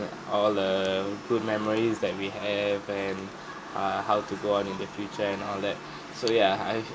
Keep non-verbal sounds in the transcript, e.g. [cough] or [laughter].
all the good memories that we have and [breath] err and how to go on in the future and all that [breath] so yeah I